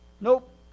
Nope